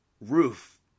roof